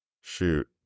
Shoot